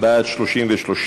לגמלת סיעוד),